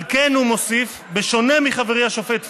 "על כן", הוא מוסיף, "בשונה מחברי השופט פוגלמן,